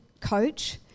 coach